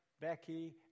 Becky